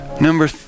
Number